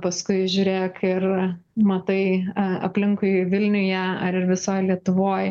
paskui žiūrėk ir matai aplinkui vilniuje ar ir visoj lietuvoj